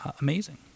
amazing